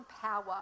power